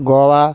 Goa